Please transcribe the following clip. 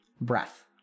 Breath